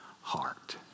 heart